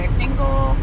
single